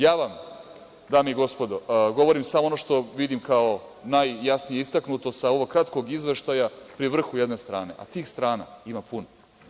Ja vam, dame i gospodo, govorim samo ono što vidim kao najjasnije istaknuto sa ovog kratkog izveštaja pri vrhu jedne strane, a tih strana ima puno.